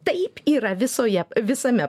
taip yra visoje visame